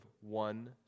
one